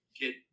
get